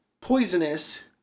poisonous